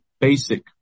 basic